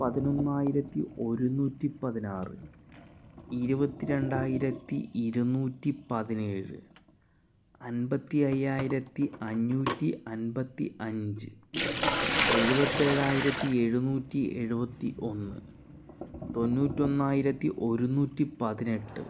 പതിനൊന്നായിരത്തി ഒരുന്നൂറ്റി പതിനാറ് ഇരുപത്തി രണ്ടായിരത്തി ഇരുന്നൂറ്റി പതിനേഴ് അന്പത്തി അയ്യായിരത്തി അഞ്ഞൂറ്റി അന്പത്തി അഞ്ച് എഴുപത്തി ഏഴായിരത്തി എഴുന്നൂറ്റി എഴുപത്തി ഒന്ന് തൊണ്ണൂറ്റൊന്നായിരത്തി ഒരുന്നൂറ്റി പതിനെട്ട്